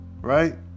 Right